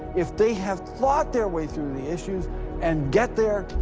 if they have thought their way through the issues and get there,